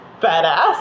Badass